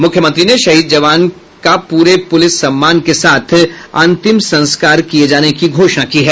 मुख्यमंत्री ने शहीद जवान के पूरे पुलिस सम्मान के साथ अंतिम संस्कार की घोषणा की है